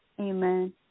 Amen